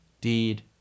deed